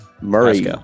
murray